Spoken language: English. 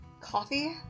Coffee